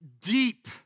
deep